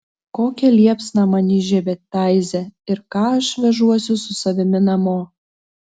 kokią liepsną man įžiebė taize ir ką aš vežuosi su savimi namo